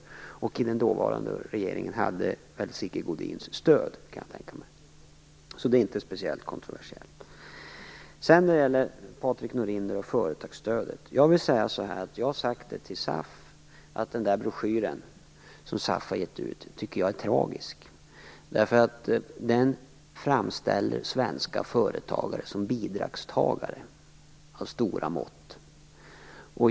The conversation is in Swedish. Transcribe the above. Jag kan tänka mig att den dåvarande regeringen hade Sigge Godins stöd, så det är inte speciellt kontroversiellt. Patrik Norinder talade om företagsstödet, och jag har sagt till SAF att jag tycker att den broschyr som SAF har gett ut är tragisk. Den framställer svenska företagare som bidragstagare av stora mått.